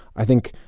i think,